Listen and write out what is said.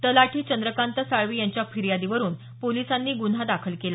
तलाठी चंद्रकांत साळवी यांच्या फिर्यादीवरुन पोलिसांनी गुन्हा दाखल केला